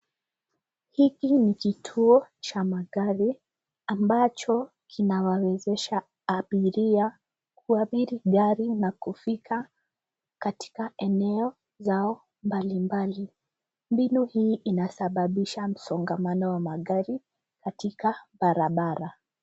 Hiki ni kituo cha magari ambacho kinawawezesha abiria kuabiri gari na kufika katika eneo zao mbalimbali. Mbinu hii inasababisha msongamano wa magari katika barabara.